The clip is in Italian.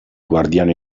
guardiano